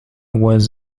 was